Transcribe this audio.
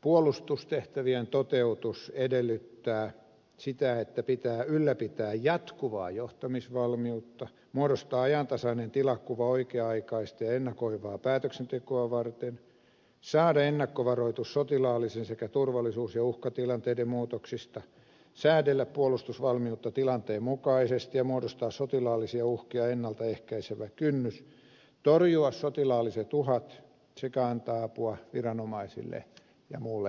puolustustehtävien toteutus edellyttää sitä että pitää ylläpitää jatkuvaa johtamisvalmiutta muodostaa ajantasainen tilakuva oikea aikaista ja ennakoivaa päätöksentekoa varten saada ennakkovaroitus sotilaallisten sekä turvallisuus ja uhkatilanteiden muutoksista säädellä puolustusvalmiutta tilanteen mukaisesti ja muodostaa sotilaallisia uhkia ennalta ehkäisevä kynnys torjua sotilaalliset uhat sekä antaa apua viranomaisille ja muulle yhteiskunnalle